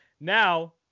Now